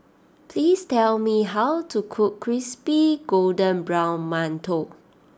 please tell me how to cook Crispy Golden Brown Mantou